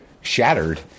shattered